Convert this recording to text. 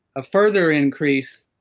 a further increase?